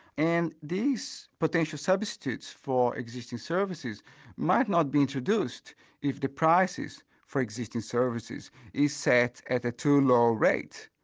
and these potential substitutes for existing services might not be introduced if the prices for existing services is set at a too low rate,